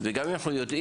וגם אם כן אנחנו מפגרים